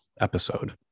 episode